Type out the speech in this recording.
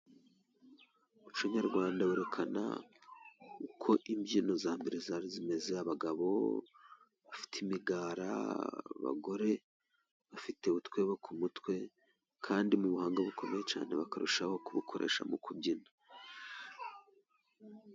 Umuco nyarwanda werekana uko imbyino za mbere zari zimeze, abagabo bafite imigara, abagore bafite utwebo ku mutwe, kandi mu buhanga bukomeye cyane bakarushaho kubukoresha mu kubyina.